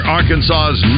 Arkansas's